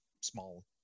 small